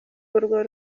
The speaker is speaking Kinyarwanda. urwo